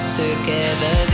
together